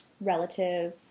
relative